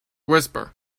whisper